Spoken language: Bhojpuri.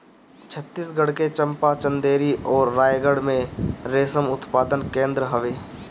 छतीसगढ़ के चंपा, चंदेरी अउरी रायगढ़ में रेशम उत्पादन केंद्र हवे